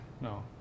no